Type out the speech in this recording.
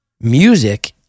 music